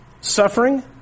suffering